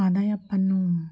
ఆదాయపు పన్ను